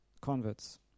converts